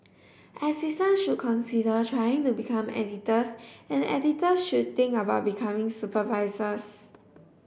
assistant should consider trying to become editors and editors should think about becoming supervisors